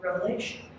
revelation